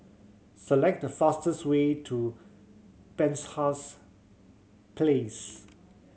select the fastest way to Penshurst Place